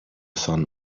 sun